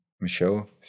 Michelle